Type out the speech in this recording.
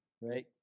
right